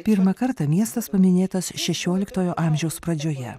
pirmą kartą miestas paminėtas šešioliktojo amžiaus pradžioje